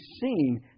seen